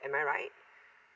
am I right